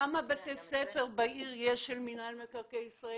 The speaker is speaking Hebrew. כמה בתי ספר בעיר יש של מנהל מקרקעי ישראל?